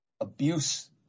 abuse